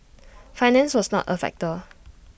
finance was not A factor